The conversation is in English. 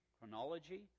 Chronology